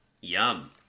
Yum